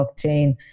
blockchain